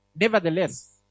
nevertheless